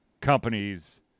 companies